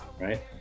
right